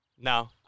No